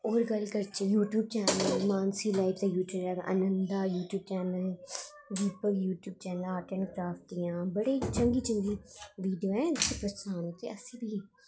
होर गल्ल करचै YouTube channel Mansi life and YouTuber Anand YouTube channel Deepak YouTube channel art and craft channel ते बड़े चंगी चंगी वीडियो ऐं ते अस बी